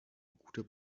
guter